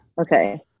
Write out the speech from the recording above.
Okay